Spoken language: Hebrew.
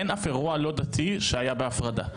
אין אף אירוע לא דתי שהיה בהפרדה.